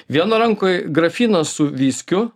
vieno rankoj grafinas su viskiu